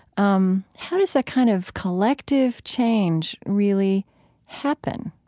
um, how does that kind of collective change really happen?